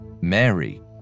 Mary